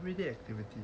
everyday activity